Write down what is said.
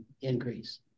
increase